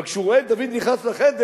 אבל כשהוא רואה את דוד נכנס לחדר,